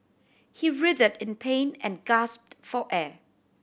he in pain and gasped for air